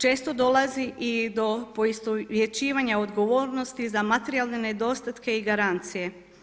Često dolazi i do poistovjećivanja odgovornosti za materijalne nedostatke i garancije.